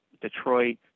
Detroit